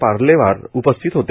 पार्लेवार उपस्थित होते